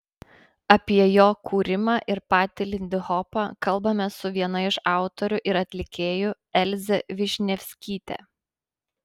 apie jo kūrimą ir patį lindihopą kalbamės su viena iš autorių ir atlikėjų elze višnevskyte